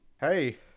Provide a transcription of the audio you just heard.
Hey